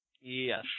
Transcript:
Yes